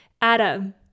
Adam